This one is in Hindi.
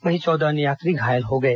वहीं चौदह अन्य यात्री घायल हो गए